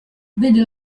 vide